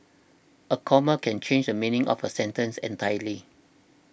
a comma can change the meaning of a sentence entirely